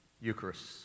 Eucharist